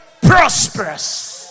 prosperous